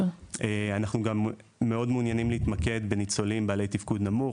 מאוד מעוניינים להתמקד בניצולים בעלי תפקוד נמוך,